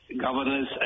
governor's